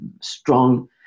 strong